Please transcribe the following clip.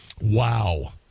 Wow